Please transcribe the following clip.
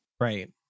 Right